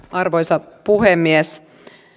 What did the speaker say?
arvoisa puhemies